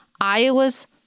Iowa's